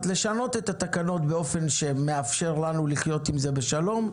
לשנות את התקנות באופן שמאפשר לנו לחיות עם זה בשלום,